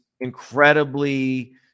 incredibly